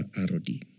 Arodi